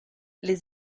les